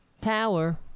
power